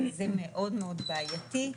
זה מאוד מאוד בעייתי.